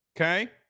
okay